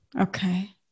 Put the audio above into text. Okay